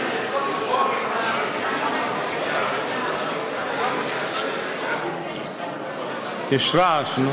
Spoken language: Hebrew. יש רעש.